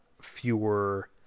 fewer